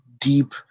deep